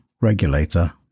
regulator